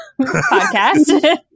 Podcast